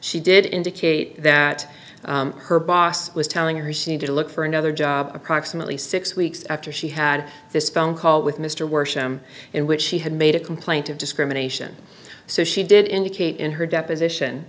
she did indicate that her boss was telling her soon to look for another job approximately six weeks after she had this phone call with mr worsham in which she had made a complaint of discrimination so she did indicate in her deposition